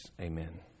Amen